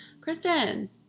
Kristen